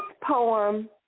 poem